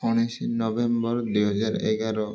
ଉଣେଇଶ ନଭେମ୍ବର୍ ଦୁଇ ହଜାର ଏଗାର